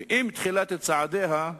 ועם תחילת צעדיה,